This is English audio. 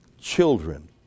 children